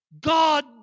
God